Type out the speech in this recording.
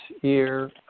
year